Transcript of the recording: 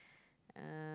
uh